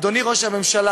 אדוני ראש הממשלה,